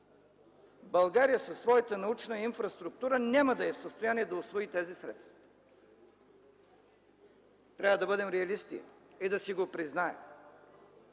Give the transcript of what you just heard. България със своята научна инфраструктура няма да е в състояние да усвои тези средства. Трябва да бъдем реалисти и да си го признаем.